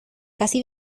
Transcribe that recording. casi